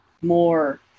more